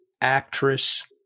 actress